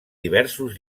diversos